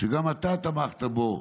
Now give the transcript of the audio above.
שגם אתה תמכת בו,